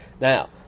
Now